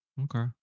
Okay